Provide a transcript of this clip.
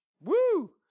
woo